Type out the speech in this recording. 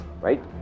right